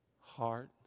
heart